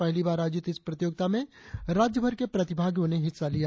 पहली बार आयोजित इस प्रतियोगिता में राज्यभर के प्रतिभागियों ने हिस्सा लिया